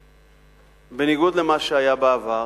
בניגוד למה שהיה בעבר,